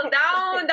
down